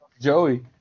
Joey